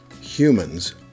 Humans